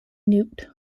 newt